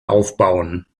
aufbauen